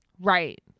Right